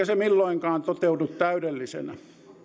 se milloinkaan toteudu täydellisenä